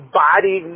body